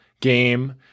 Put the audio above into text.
game